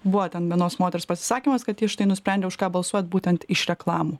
buvo ten vienos moters pasisakymas kad ji štai nusprendė už ką balsuot būtent iš reklamų